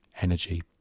energy